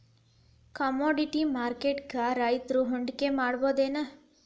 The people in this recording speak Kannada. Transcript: ಕಾಮೊಡಿಟಿ ಮಾರ್ಕೆಟ್ನ್ಯಾಗ್ ರೈತ್ರು ಹೂಡ್ಕಿ ಮಾಡ್ಬಹುದೇನ್?